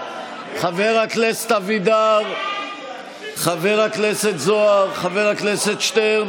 ההסתייגויות 865 900 הוסרו.